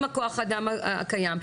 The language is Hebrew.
עם כוח האדם הקיים,